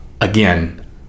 Again